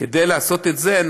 כדי לעשות את זה.